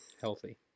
healthy